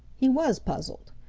he was puzzled.